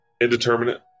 Indeterminate